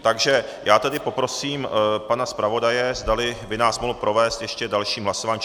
Takže já tedy poprosím pana zpravodaje, zdali by nás mohl provést ještě dalším hlasováním.